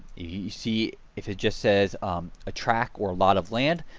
you see if it just says a track or a lot of land,